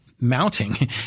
Mounting